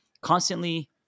constantly